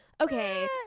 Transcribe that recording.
okay